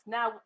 Now